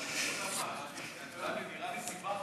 נראה לי שסיבכת